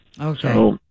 Okay